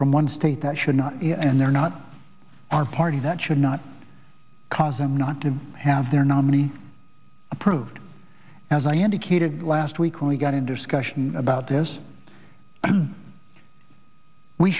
from one state that should not and they're not our party that should not cause i'm not to have their nominee approved as i indicated last week when we got in discussion about this we